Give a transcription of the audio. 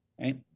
right